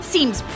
Seems